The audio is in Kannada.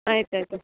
ಆಯ್ತು ಆಯ್ತು